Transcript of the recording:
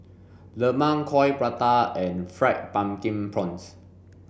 lemang coin prata and fried pumpkin prawns